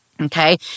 Okay